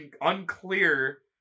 unclear